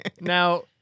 Now